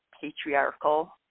patriarchal